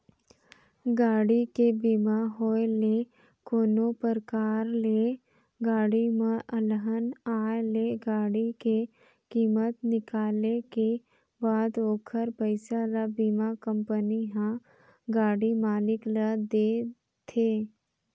गाड़ी के बीमा होय ले कोनो परकार ले गाड़ी म अलहन आय ले गाड़ी के कीमत निकाले के बाद ओखर पइसा ल बीमा कंपनी ह गाड़ी मालिक ल देथे